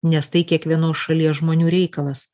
nes tai kiekvienos šalies žmonių reikalas